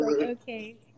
Okay